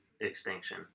extinction